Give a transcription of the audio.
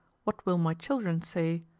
what will my children say?